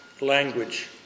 language